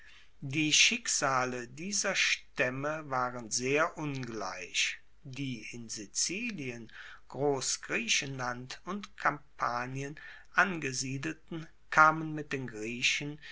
die schicksale dieser staemme waren sehr ungleich die in sizilien grossgriechenland und kampanien angesiedelten kamen mit den griechen